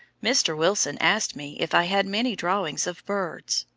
mr. wilson asked me if i had many drawings of birds,